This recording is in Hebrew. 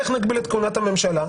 איך נגביל את כהונת הממשלה?